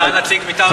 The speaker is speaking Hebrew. גם לשאילתה של יואל.